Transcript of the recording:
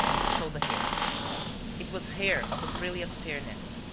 he showed the hair it was hair of a brilliant fairness,